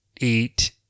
eat